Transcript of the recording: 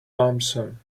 lonesome